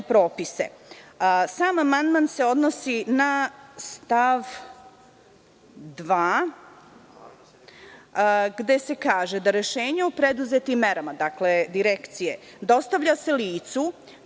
propise. Sam amandman se odnosi na stav 2, gde se kaže da rešenje o preduzetim merama Direkcije dostavlja se licu